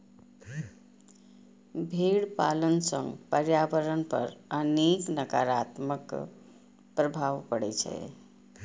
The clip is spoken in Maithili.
भेड़ पालन सं पर्यावरण पर अनेक नकारात्मक प्रभाव पड़ै छै